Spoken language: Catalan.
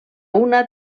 una